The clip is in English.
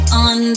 on